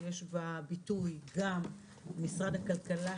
יש בה ביטוי גם למשרד הכלכלה,